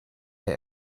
der